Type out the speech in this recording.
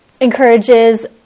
encourages